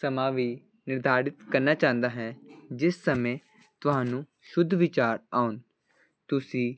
ਸਮਾਂ ਵੀ ਨਿਰਧਾਰਿਤ ਕਰਨਾ ਚਾਹੁੰਦਾ ਹੈ ਜਿਸ ਸਮੇਂ ਤੁਹਾਨੂੰ ਸ਼ੁੱਧ ਵਿਚਾਰ ਆਉਣ ਤੁਸੀਂ